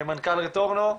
מנכ"ל רטורנו,